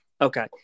okay